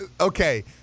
Okay